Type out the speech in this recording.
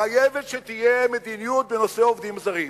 חייבים שתהיה מדיניות בנושא עובדים זרים.